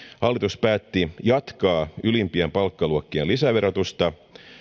hallitus päätti jatkaa ylimpien palkkaluokkien lisäverotusta